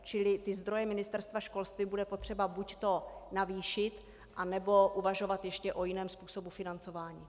Čili zdroje Ministerstva školství bude potřeba buďto navýšit, nebo uvažovat ještě o jiném způsobu financování.